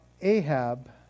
Ahab